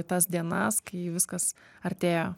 į tas dienas kai viskas artėjo